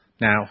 Now